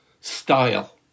style